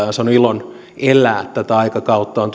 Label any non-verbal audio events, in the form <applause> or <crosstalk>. <unintelligible> ja olen saanut ilon elää tätä aikakautta on <unintelligible>